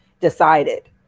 decided